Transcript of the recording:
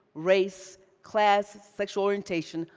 race, class, sexual orientation,